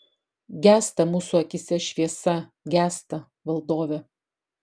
gęsta mūsų akyse šviesa gęsta valdove